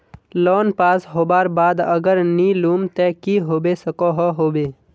Loan pass होबार बाद अगर नी लुम ते की होबे सकोहो होबे?